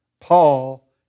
Paul